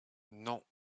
non